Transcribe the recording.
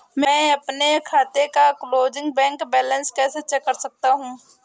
मैं अपने खाते का क्लोजिंग बैंक बैलेंस कैसे चेक कर सकता हूँ?